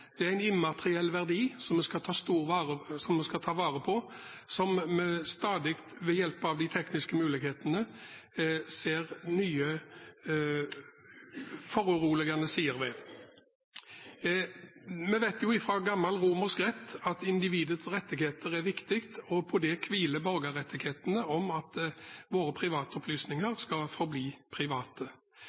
Det er en immateriell verdi som vi skal ta vare på, og som vi stadig – ved hjelp av de tekniske mulighetene – ser nye, foruroligende sider ved. Fra gammel romersk rett vet vi at individets rettigheter er viktige, og at borgerrettighetene hviler på det: Våre privatopplysninger skal forbli private.